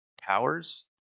powers